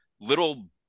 little